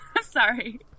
sorry